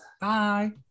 bye